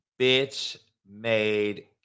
bitch-made